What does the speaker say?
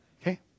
Okay